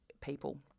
people